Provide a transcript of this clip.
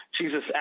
Jesus